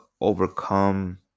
overcome